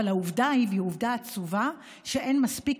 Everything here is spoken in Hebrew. אבל העובדה היא, והיא עובדה עצובה, שאין מספיק